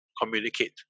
communicate